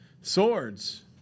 swords